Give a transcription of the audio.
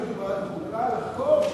היום החליטו בוועדת החוקה לחקור,